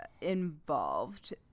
involved